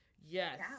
Yes